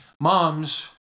Moms